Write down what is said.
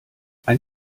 ein